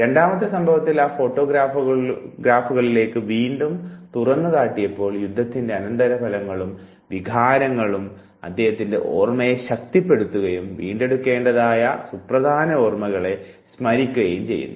രണ്ടാമത്തെ സംഭവത്തിൽ ആ ഫോട്ടോഗ്രാഫുകളിലേക്ക് വീണ്ടും തുറന്നുകാട്ടിയപ്പോൾ യുദ്ധത്തിന്റെ അനന്തരഫലങ്ങലങ്ങളും വികാരങ്ങളും അദ്ദേഹത്തിന്റെ ഓർമ്മയെ ശക്തിപ്പെടുത്തുകയും വീണ്ടെടുക്കേണ്ടതായ സുപ്രധാന ഓർമകളെ സ്മരിക്കുകയും ചെയ്യുന്നു